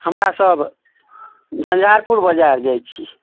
हमरासभ झञ्झारपुर बाजार जाइत छी